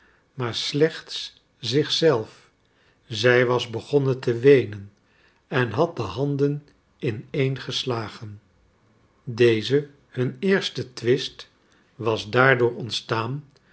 maar slechts zich zelf zij was begonnen te weenen en had de handen ineen geslagen deze hun eerste twist was daardoor ontstaan